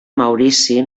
maurici